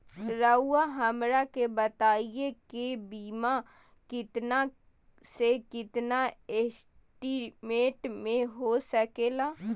रहुआ हमरा के बताइए के बीमा कितना से कितना एस्टीमेट में हो सके ला?